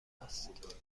است